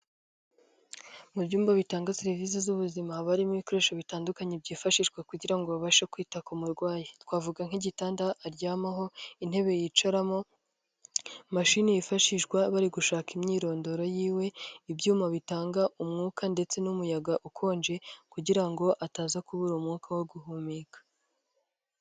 Mu byumba bitanga serivisi z'ubuzima, haba harimo ibikoresho bitandukanye byifashishwa kugira ngo babashe kwita ku murwayi. Twavuga nk'igitanda aryamaho, intebe yicaramo, mashini yifashishwa bari gushaka imyirondoro yiwe, ibyuma bitanga umwuka ndetse n'umuyaga ukonje, kugira ngo ataza kubura umwuka wo guhumeka.